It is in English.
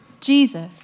Jesus